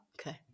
Okay